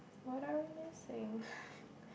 what are we missing